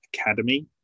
academy